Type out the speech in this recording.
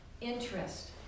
interest